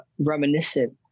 reminiscent